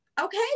okay